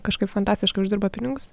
kažkaip fantastiškai uždirba pinigus